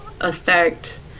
affect